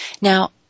Now